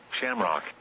Shamrock